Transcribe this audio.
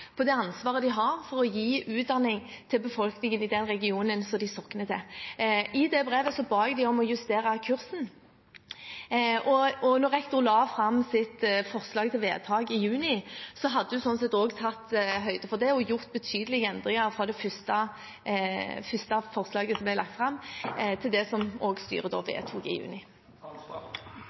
på det ansvaret de har for å gi utdanning til befolkningen i den regionen de sogner til. I det brevet ba jeg dem om å justere kursen. Og da rektor la fram sitt forslag til vedtak i juni, hadde hun sånn sett også tatt høyde for det og gjort betydelige endringer fra det første forslaget som ble lagt fram, til det som styret da vedtok i juni.